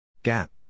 Gap